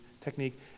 technique